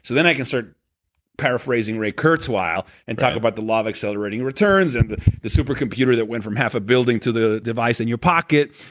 so then i can start paraphrasing ray kurzweil and talk about the law of accelerating returns, and the the super computer that went from half a building to the device in your pocket,